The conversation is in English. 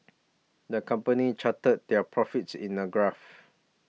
the company charted their profits in a graph